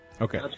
Okay